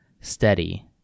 steady